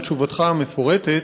על תשובתך המפורטת.